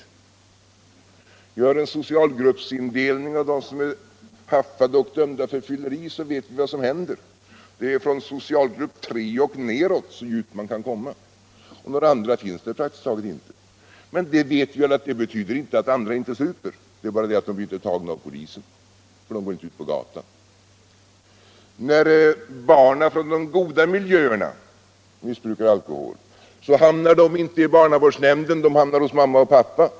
Vi har en socialgruppsindelning av dem som är haffade och dömda för fylleri — det är från socialgrupp 3 och neråt, så djupt man kan komma. Några andra finns där praktiskt taget inte. Men vi vet att det betyder ingalunda att andra inte super. Det är bara det att de inte blir tagna av polisen, för de går inte ut på gatan. När barnen från de goda miljöerna missbrukar alkohol hamnar de inte hos barnavårdsnämnden — de hamnar hos mamma och pappa.